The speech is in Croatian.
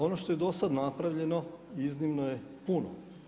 Ono što je do sad napravljeno, iznimno je puno.